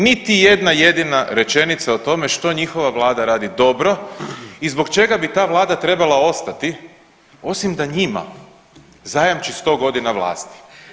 Niti jedna jedina rečenica o tome što njihova Vlada radi dobro i zbog čega bi ta Vlada trebala ostati osim da njima zajamči 100 godina vlasti.